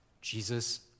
Jesus